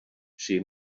she